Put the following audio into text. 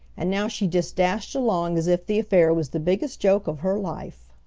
and now she just dashed along as if the affair was the biggest joke of her life.